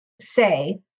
say